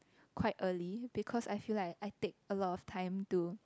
quite early because I feel like I take a lot of time to